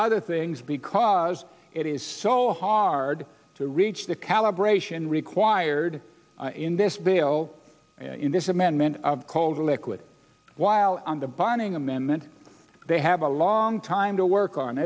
other things because it is so hard to reach the calibration required in this bill in this amendment of coal to liquid while on the binding amendment they have a long time to work on